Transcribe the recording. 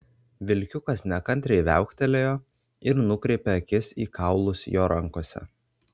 vilkiukas nekantriai viauktelėjo ir nukreipė akis į kaulus jo rankose